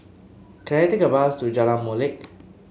can I take a bus to Jalan Molek